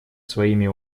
своими